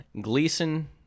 Gleason